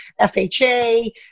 FHA